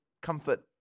comfort